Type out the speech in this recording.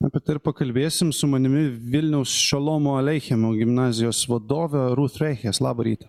apie tai ir pakalbėsim su manimi vilniaus šolomo aleichemo gimnazijos vadovė ruth reches labą rytą